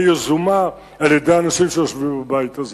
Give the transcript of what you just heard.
יזומה על-ידי אנשים שיושבים בבית הזה.